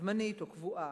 זמנית או קבועה.